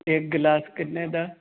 ਇੱਕ ਗਲਾਸ ਕਿੰਨੇ ਦਾ